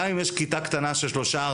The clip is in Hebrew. גם אם יש כיתה קטנה של שלושה-ארבעה,